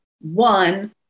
One